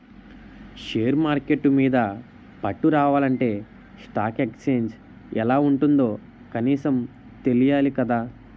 share market మీద పట్టు రావాలంటే స్టాక్ ఎక్సేంజ్ ఎలా ఉంటుందో కనీసం తెలియాలి కదా